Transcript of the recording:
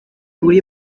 buri